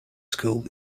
school